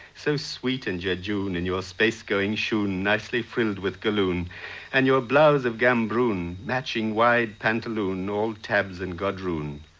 so sweet and jejune in your space going shoon nicely frilled with galloon and your blouse of gambroon, matching wide pantaloon, all tabs and gadroon.